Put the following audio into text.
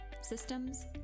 systems